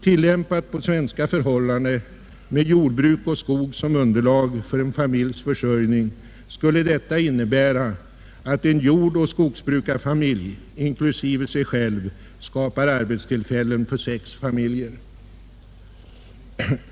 Tillämpat på svenska förhållanden med jordbruk och skog som underlag för en familjs försörjning skulle detta innebära att en jordoch skogsbrukarfamilj inklusive sig själv skapar arbetstillfällen för sex familjer.